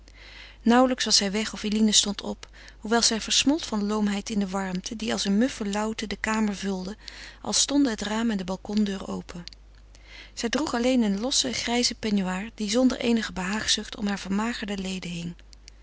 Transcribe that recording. nauwelijks was hij weg of zij stond op hoewel zij versmolt van loomheid in de warmte die als een muffe lauwte de kamer vulde al stonden het raam en de balcondeur open zij droeg alleen een lossen grijzen peignoir die zonder eenige behaagzucht om hare vermagerde leden hing